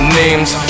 names